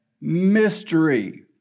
mystery